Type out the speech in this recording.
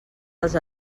dels